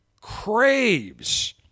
craves